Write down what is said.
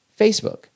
Facebook